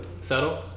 Settle